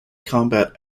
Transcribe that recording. combat